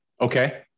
Okay